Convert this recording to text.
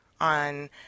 on